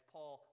Paul